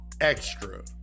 extra